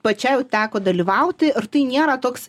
pačiai jau teko dalyvauti ir tai nėra toks